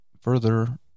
further